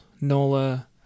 Nola